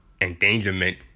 endangerment